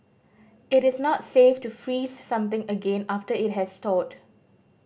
it is not safe to freeze something again after it has thawed